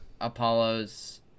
Apollo's